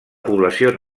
població